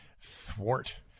thwart